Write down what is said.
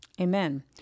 Amen